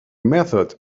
method